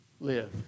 live